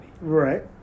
Right